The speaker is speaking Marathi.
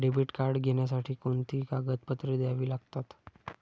डेबिट कार्ड घेण्यासाठी कोणती कागदपत्रे द्यावी लागतात?